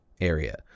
area